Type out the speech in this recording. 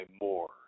more